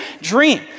dream